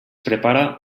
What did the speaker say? prepara